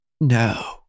No